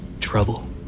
trouble